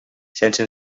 sense